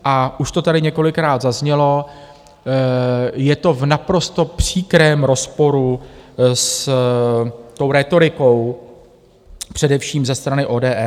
A už to tady několikrát zaznělo, je to v naprosto příkrém rozporu s tou rétorikou především ze strany ODS.